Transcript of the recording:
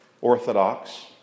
Orthodox